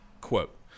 quote